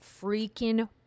freaking